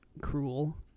cruel